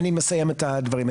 אני מסיים את הדברים.